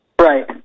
Right